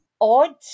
Odd